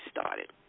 started